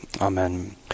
Amen